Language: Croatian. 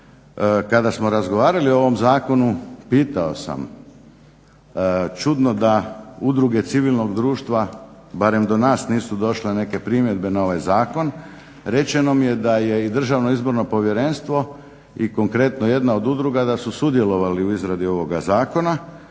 Kada smo razgovarali o ovom zakonu pitao sam čudno da udruge civilnog društva, barem do nas nisu došle neke primjedbe na ovaj zakon, rečeno mi je da je DIP i konkretno jedna od udruga da su sudjelovali u izradi ovoga zakona,